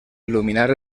il·luminar